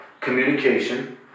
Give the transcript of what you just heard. Communication